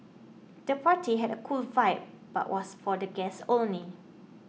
the party had a cool vibe but was for the guests only